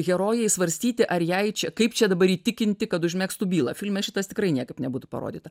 herojai svarstyti ar jei čia kaip čia dabar įtikinti kad užmegztų bylą filme šitas tikrai niekaip nebūtų parodyta